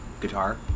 guitar